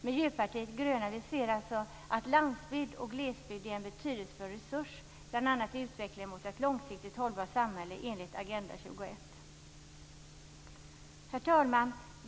Miljöpartiet de gröna ser att landsbygd och glesbygd är en betydelsefull resurs, bl.a. i utvecklingen mot ett långsiktigt hållbart samhälle enligt Agenda 21. Herr talman!